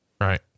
Right